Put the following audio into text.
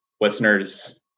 listeners